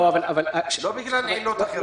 לא בגלל עילות אחרות.